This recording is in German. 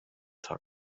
tag